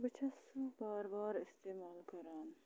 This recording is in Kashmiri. بہٕ چھَس سُہ بار بار استعمال کَران